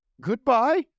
Goodbye